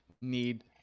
need